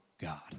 God